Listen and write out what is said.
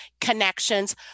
connections